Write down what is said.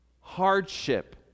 hardship